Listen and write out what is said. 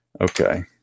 Okay